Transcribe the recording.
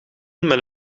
met